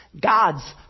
God's